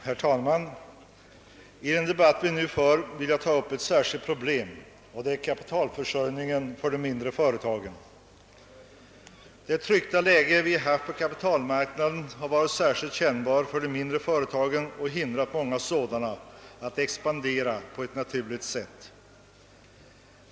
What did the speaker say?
Herr talman! I den debatt vi nu för vill jag ta upp ett särskilt problem, nämligen kapitalförsörjningen för de mindre företagen. Det tryckta läge vi haft på kapitalmarknaden har varit särskilt kännbart för de mindre företagen och hindrat många sådana att expandera på ett naturligt sätt.